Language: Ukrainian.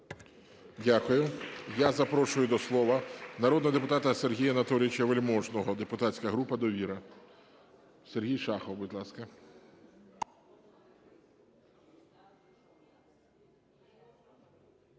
Дякую. Я запрошую до слова народного депутата Сергія Анатолійовича Вельможного, депутатська група "Довіра". Сергій Шахов, будь ласка.